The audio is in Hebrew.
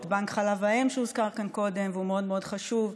את בנק חלב האם שהוזכר כאן קודם והוא מאוד מאוד חשוב,